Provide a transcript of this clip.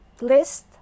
list